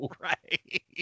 Right